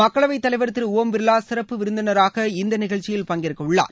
மக்களவைத் தலைவர் திரு ஒம் பிர்லா சிறப்பு விருந்தினரான இந்த நிகழ்ச்சியில் பங்கேற்க உள்ளார்